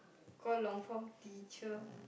call long form teacher